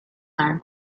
and